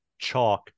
chalk